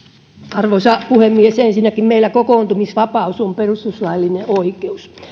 arvoisa puhemies ensinnäkin meillä kokoontumisvapaus on perustuslaillinen oikeus